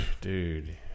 dude